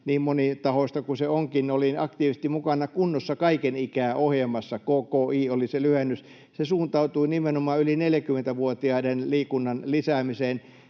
niin monitahoista kuin se onkin, olin aktiivisesti mukana Kunnossa kaiken ikää ‑ohjelmassa, KKI oli se lyhenne. Se suuntautui nimenomaan yli 40-vuotiaiden liikunnan lisäämiseen,